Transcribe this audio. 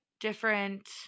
different